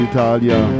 Italia